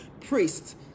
priests